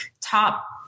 top